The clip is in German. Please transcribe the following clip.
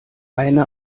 eine